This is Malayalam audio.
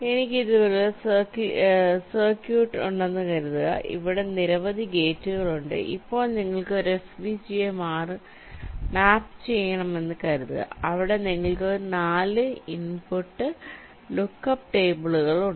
എനിക്ക് ഇതുപോലൊരു സർക്യൂട്ട് ഉണ്ടെന്ന് കരുതുക ഇവിടെ നിരവധി ഗേറ്റുകൾ ഉണ്ട് ഇപ്പോൾ നിങ്ങൾക്ക് ഒരു FPGA ആയി മാപ്പ് ചെയ്യണമെന്ന് കരുതുക അവിടെ നിങ്ങൾക്ക് 4 ഇൻപുട്ട് ലുക്ക് അപ്പ് ടേബിളുകൾ ഉണ്ട്